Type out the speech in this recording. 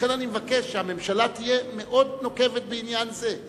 לכן אני מבקש שהממשלה תהיה מאוד נוקבת בעניין זה.